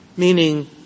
Meaning